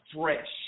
fresh